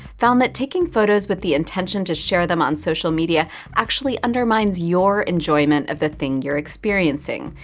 found that taking photos with the intention to share them on social media actually undermines your enjoyment of the thing you're experiencing,